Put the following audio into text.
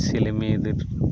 ছেলে মেয়েদের